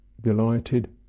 delighted